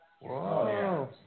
Whoa